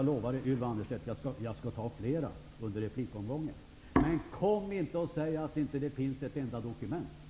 Jag lovar, Ylva Annerstedt, att jag skall visa på flera dokument under denna replikomgång. Men säg inte att det inte finns ett enda dokument. Det är lögn!